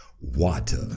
water